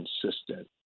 consistent